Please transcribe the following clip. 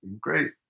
great